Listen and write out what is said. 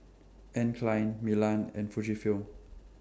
Anne Klein Milan and Fujifilm